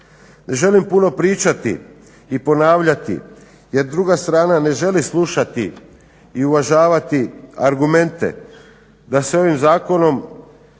Ne želim puno pričati i ponavljati, jer druga strana ne želi slušati i uvažavati argumente da se ovim Zakonom